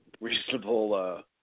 reasonable